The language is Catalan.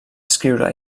escriure